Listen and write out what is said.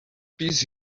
piece